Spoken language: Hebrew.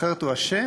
אחרת הוא אשם?